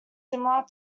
similar